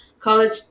College